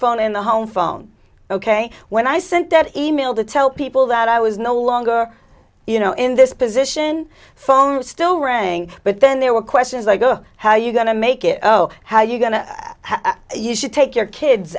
phone and the home phone ok when i sent that email to tell people that i was no longer you know in this position phone still rang but then there were questions i go how you going to make it go how you're going to have you should take your kids